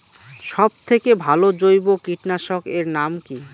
সব থেকে ভালো জৈব কীটনাশক এর নাম কি?